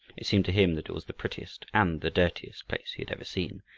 it seemed to him that it was the prettiest and the dirtiest place he had ever seen.